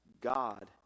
God